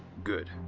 good.